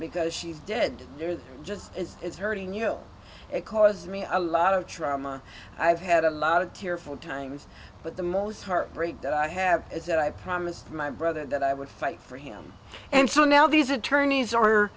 because she did just as it's hurting you it caused me a lot of trauma i've had a lot of tearful times but the most heartbreak i have is that i promised my other that i would fight for him and so now these attorneys